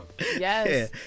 Yes